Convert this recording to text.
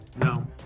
No